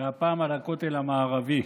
והפעם על הכותל המערבי.